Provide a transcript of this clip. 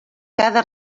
cada